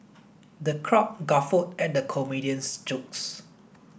the crowd guffawed at the comedian's jokes